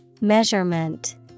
Measurement